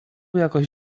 jakoś